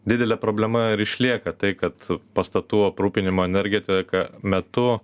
didelė problema ir išlieka tai kad pastatų aprūpinimo energetika metu